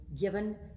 given